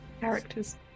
characters